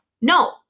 No